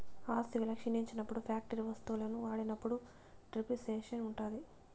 ఆస్తి విలువ క్షీణించినప్పుడు ఫ్యాక్టరీ వత్తువులను వాడినప్పుడు డిప్రిసియేషన్ ఉంటాది